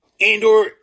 Andor